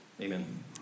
Amen